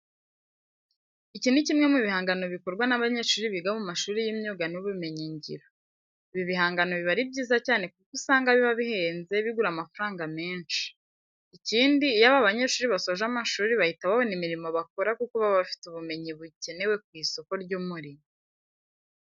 Iki ni kimwe mu bihangano bikorwa n'abanyeshuri biga mu mashuri y'imyuga n'ubumenyingiro. Ibi bigangano biba ari byiza cyane kuko usanga biba bihenze bigura amafaranga menshi. Ikindi iyo aba banyeshuri basoje amashuri bahita babona imirimo bakora kuko baba bafite ubumenyi bukenewe ku isoko ry'umurimo.